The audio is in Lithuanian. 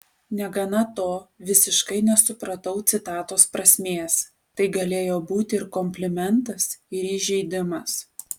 negana to visiškai nesupratau citatos prasmės tai galėjo būti ir komplimentas ir įžeidimas